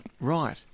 Right